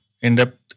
in-depth